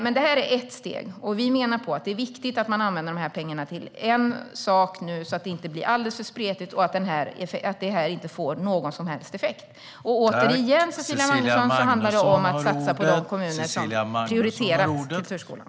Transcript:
Men det här är ett steg, och vi menar att det är viktigt att man använder de här pengarna till en sak så att det inte blir alldeles för spretigt och inte får någon som helst effekt. Återigen, Cecilia Magnusson: Det handlar om att satsa på de kommuner som prioriterat kulturskolan.